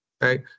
right